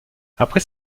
après